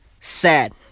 sad